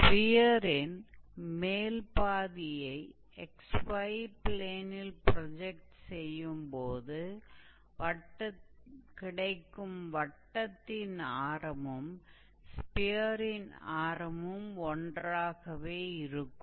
ஸ்பியரின் மேல் பாதியை xy ப்ளேனில் ப்ரொஜெக்ட் செய்யும்போது கிடைக்கும் வட்டத்தின் ஆரமும் ஸ்பியரின் ஆரமும் ஒன்றாகவே இருக்கும்